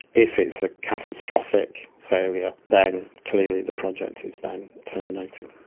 if it's a catastrophic failure, then clearly the project is then terminated.